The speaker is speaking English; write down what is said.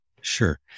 Sure